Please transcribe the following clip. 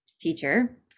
teacher